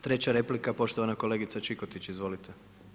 Treća replika poštovana kolegica Čikotić, izvolite.